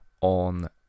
on